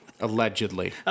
Allegedly